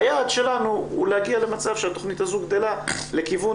היעד שלנו הוא להגיע למצב שהתכנית הזאת גדלה לכיוון